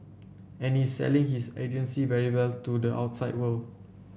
and he's selling his agency very well to the outside world